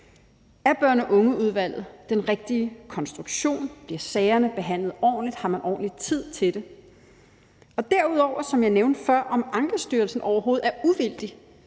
Er børn og unge-udvalget den rigtige konstruktion? Bliver sagerne behandlet ordentligt? Har man ordentlig tid til det? Og derudover, kan jeg, som jeg nævnte før, have mine tvivl om, om Ankestyrelsen overhovedet er uvildig,